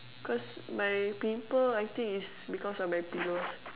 because my pimple I think is because of my pillows